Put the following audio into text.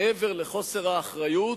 מעבר לחוסר האחריות,